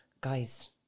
guys